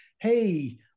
hey